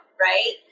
right